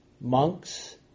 monks